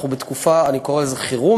אנחנו בתקופה, אני קורא לזה חירום.